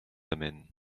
amène